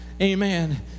Amen